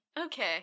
Okay